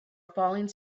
falling